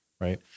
right